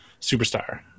superstar